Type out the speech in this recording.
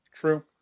True